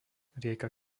rieka